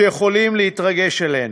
שיכולים להתרגש עלינו.